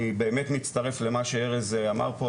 אני באמת מצטרף למה שארז אמר פה,